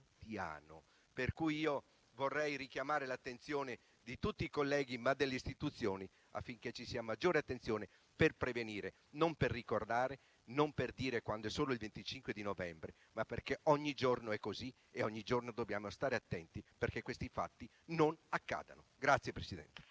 quotidiano. Vorrei richiamare l'attenzione di tutti i colleghi e delle istituzioni affinché ci sia maggiore attenzione per prevenire, non per ricordare, non per parlarne solo il 25 novembre, perché ogni giorno è così e ogni giorno dobbiamo stare attenti perché fatti del genere non accadano.